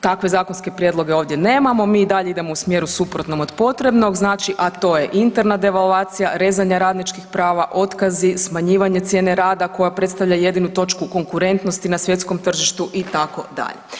Takve zakonske prijedloge ovdje nemamo, mi i dalje idemo u smjeru suprotnom od potrebnog, a to je interna devalvacija, rezanje radničkih prava, otkazi, smanjivanje cijene rada koja predstavlja jedinu točku konkurentnosti na svjetskom tržištu itd.